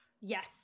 Yes